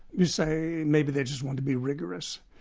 you say, maybe they just want to be rigorous.